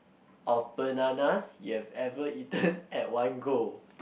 of bananas you've ever eaten at one go